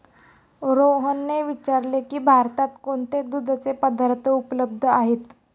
रोहनने विचारले की भारतात कोणते दुधाचे पदार्थ उपलब्ध आहेत?